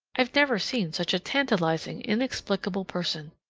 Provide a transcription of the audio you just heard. i've never seen such a tantalizing inexplicable person.